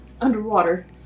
underwater